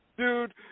Dude